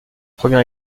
première